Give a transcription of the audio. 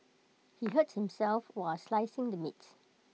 he hurt himself while slicing the meat